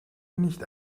nicht